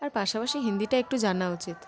আর পাশাপাশি হিন্দিটা একটু জানা উচিত